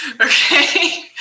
okay